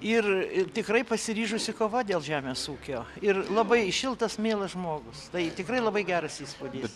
ir tikrai pasiryžusi kovot dėl žemės ūkio ir labai šiltas mielas žmogus tai tikrai labai geras įspūdis